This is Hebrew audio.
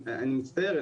אני מצטער,